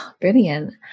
brilliant